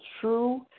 true